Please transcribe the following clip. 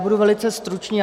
Budu velice stručný.